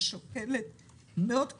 ששוקלת מאות קילוגרמים,